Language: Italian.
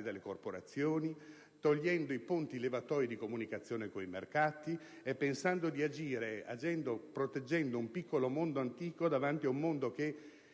per le corporazioni, togliendo i ponti levatoi di comunicazione con i mercati e pensando di agire proteggendo un piccolo mondo antico davanti ad un mondo che